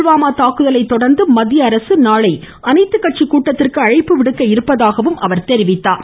புல்வாமா தாக்குதலை தொடா்ந்து மத்திய அரசு நாளை அனைத்து கட்சி கூட்டத்திற்கு அழைப்பு விடுக்க உள்ளதாகவும் அவர் கூறினார்